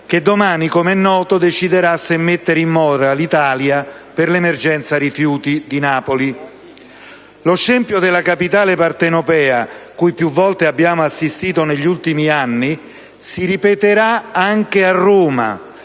che domani, come è noto, deciderà se mettere in mora l'Italia per l'emergenza rifiuti di Napoli. Lo scempio della capitale partenopea, cui più volte abbiamo assistito negli ultimi anni, si ripeterà anche a Roma